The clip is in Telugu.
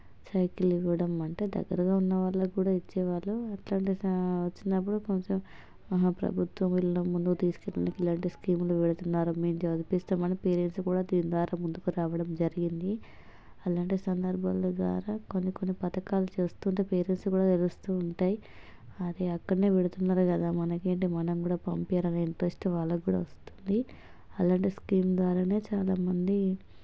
సైకిల్ ఇవ్వడం అంటే దగ్గరగా ఉన్నవాళ్ళకి కూడా ఇచ్చేవాళ్ళు అట్లాంటిదా ఇచ్చినప్పుడు కొంచెం మన ప్రభుత్వం ఇలా ముందుకు తీసుకెళ్ళనికి ఇలాంటి స్కీంలు పెడుతున్నారు మేం చదివిపిస్తే మన పేరెంట్స్ కూడా దీనిద్వారా ముందుకు రావడం జరిగింది అలాంటి సందర్భాలు ద్వారా కొన్ని కొన్ని పథకాలు చేస్తుంటే పేరెంట్స్కి కూడా తెలుస్తూ ఉంటాయి అది అక్కడనే పెడుతున్నారు కదా మనకేంటి మనం కూడా పంపించాలని ఇంట్రెస్ట్ వాళ్ళక్కూడా వస్తుంది అలాంటి స్కీం ద్వారానే చాలామంది